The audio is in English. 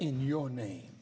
in your name